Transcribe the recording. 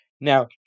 Now